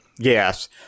Yes